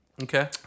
Okay